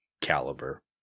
caliber